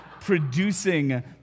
producing